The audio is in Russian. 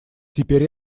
теперь